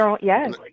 Yes